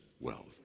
wealth